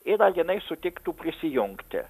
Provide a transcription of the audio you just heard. ir ar jinai sutiktų prisijungti